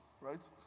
right